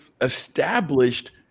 established